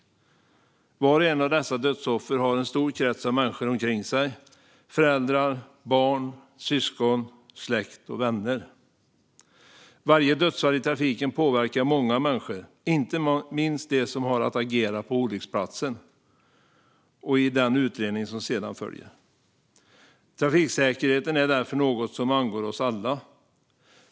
Var och en av dessa dödsoffer har en stor krets av människor omkring sig - föräldrar, barn, syskon, släkt och vänner. Varje dödsfall i trafiken påverkar många människor, inte minst dem som har att agera på olycksplatsen och i den utredning som sedan följer. Trafiksäkerhet är därför något som angår oss alla.